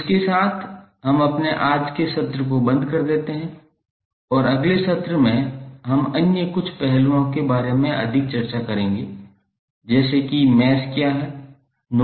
तो इसके साथ हम अपने आज के सत्र को बंद कर देते हैं और अगले सत्र में हम अन्य कुछ पहलुओं के बारे में अधिक चर्चा करेंगे जैसे कि मैश क्या है